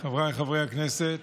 חבריי חברי הכנסת,